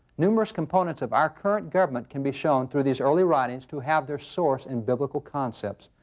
numerous components of our current government can be shown through these early writings to have their source in biblical concepts.